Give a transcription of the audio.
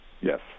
Yes